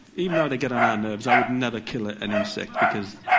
even though they get on our nerves, i would never kill ah an insect because,